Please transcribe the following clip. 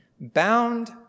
bound